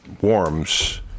warms